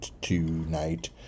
tonight